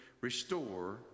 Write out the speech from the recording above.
restore